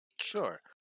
Sure